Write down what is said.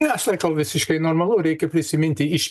ne aš laikau visiškai normalu reikia prisiminti iš